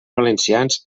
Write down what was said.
valencians